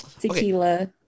tequila